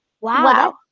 Wow